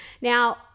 now